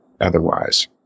otherwise